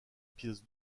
pièce